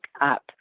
up